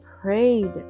prayed